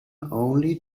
only